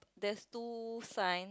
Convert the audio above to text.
there's two sign